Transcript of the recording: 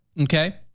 Okay